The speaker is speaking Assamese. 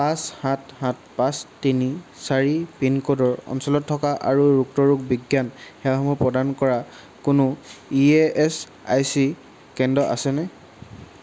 পাঁচ সাত সাত পাঁচ তিনি চাৰি পিনক'ডৰ অঞ্চলত থকা আৰু ৰোক্তৰোগ বিজ্ঞান সেৱাসমূহ প্ৰদান কৰা কোনো ইএএচআইচি কেন্দ্ৰ আছেনে